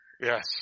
Yes